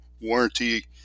warranty